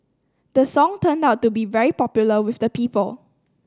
the song turned out to be very popular with the people